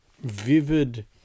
Vivid